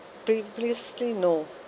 previously no